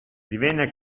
divenne